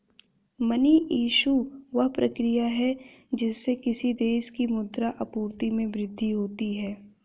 money issue, वह प्रक्रिया है जिससे किसी देश की मुद्रा आपूर्ति में वृद्धि होती है